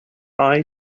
eye